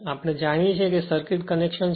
આપણે જાણીએ છીએ કે આ સર્કિટ કનેક્શન્સ છે